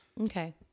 Okay